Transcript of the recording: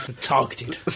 Targeted